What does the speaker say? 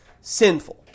sinful